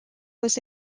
was